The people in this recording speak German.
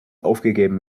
aufgegeben